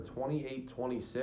28-26